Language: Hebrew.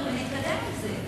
ונתקדם עם זה.